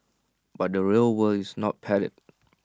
but the real world is not padded